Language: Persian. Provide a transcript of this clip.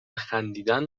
خندیدن